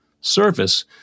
surface